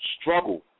struggle